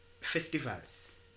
festivals